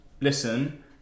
listen